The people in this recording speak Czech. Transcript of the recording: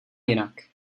jinak